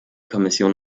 kommission